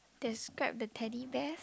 describe the Teddy Bear